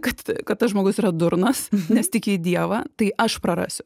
kad kad tas žmogus yra durnas nes tiki į dievą tai aš prarasiu